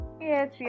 yes